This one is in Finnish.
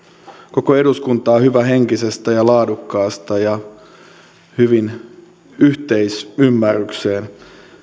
koko eduskuntaa hyvähenkisestä laadukkaasta ja hyvään yhteisymmärrykseen